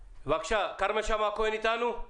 בבקשה, כרמל שאמה הכהן עדיין איתנו?